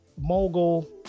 mogul